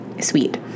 sweet